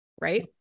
Right